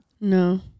No